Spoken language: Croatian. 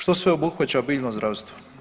Što sve obuhvaća biljno zdravstvo?